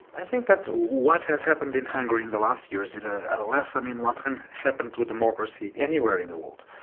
i think that what has happened in hungary in the last years is a lesson in what can happen to democracy anywhere in the world.